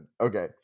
Okay